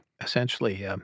essentially